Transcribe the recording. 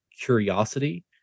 curiosity